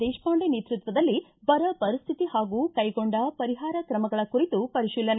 ದೇಶಪಾಂಡೆ ನೇತೃತ್ವದಲ್ಲಿ ಬರ ಪರಿಸ್ಥಿತಿ ಹಾಗೂ ಕೈಗೊಂಡ ಪರಿಹಾರ ಕ್ರಮಗಳ ಕುರಿತು ಪರಿಶೀಲನೆ